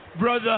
Brother